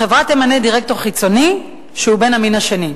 החברה תמנה דירקטור חיצוני שהוא בן המין השני.